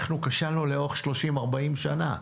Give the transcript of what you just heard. אנחנו כשלנו לאורך 30, 40 שנה.